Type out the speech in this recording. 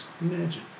Imagine